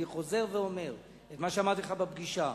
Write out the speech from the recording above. אני חוזר ואומר את מה שאמרתי לך בפגישה: